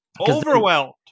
Overwhelmed